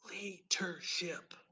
leadership